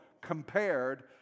compared